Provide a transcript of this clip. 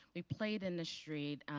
we played in the street.